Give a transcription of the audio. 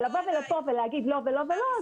אבל לבוא לכאן ולהגיד לא ולא ולא,